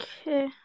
Okay